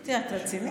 אמרתי לה: את רצינית?